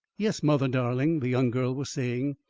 yes, mother darling, the young girl was saying.